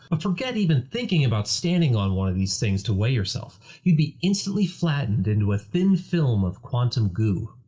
but forget even thinking about standing on one of these things to weigh yourself you'd be instantly flattened into a thin film of quantum goo.